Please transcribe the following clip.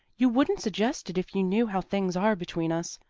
you wouldn't suggest it if you knew how things are between us.